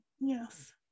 Yes